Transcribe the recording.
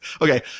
Okay